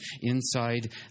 inside